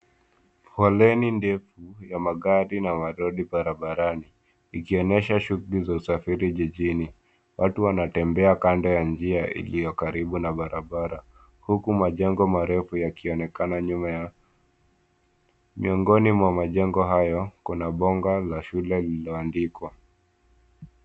Foleni ndefu ya magari na malori barabarani ikionyesha shuguli za usafiri jijini. Watu wanatembea kando ya njia iliyokaribu na barabara, huku majengo marefu yakionekana nyuma yao, miongoni mwa majengo hayo kuna bango la shule lililoandikwa.